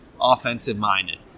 offensive-minded